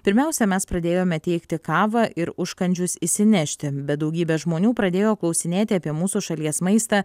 pirmiausia mes pradėjome teikti kavą ir užkandžius išsinešti bet daugybė žmonių pradėjo klausinėti apie mūsų šalies maistą